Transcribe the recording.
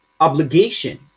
obligation